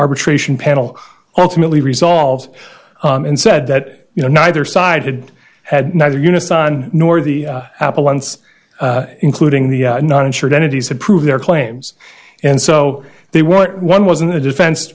arbitration panel ultimately resolved and said that you know neither side had had neither unison nor the apple once including the non insured entities to prove their claims and so they want one wasn't a defense